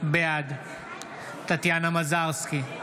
בעד טטיאנה מזרסקי,